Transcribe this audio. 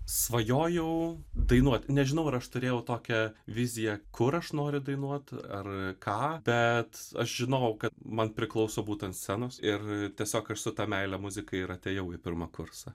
svajojau dainuot nežinau ar aš turėjau tokią viziją kur aš noriu dainuot ar ką bet aš žinojau kad man priklauso būt ant scenos ir tiesiog aš su ta meile muzikai ir atėjau į pirmą kursą